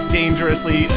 dangerously